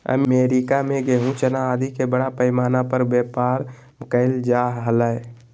America में गेहूँ, चना आदि के बड़ा पैमाना पर व्यापार कइल जा हलय